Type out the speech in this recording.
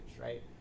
right